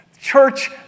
Church